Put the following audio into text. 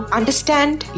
understand